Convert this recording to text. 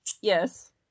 Yes